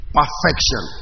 perfection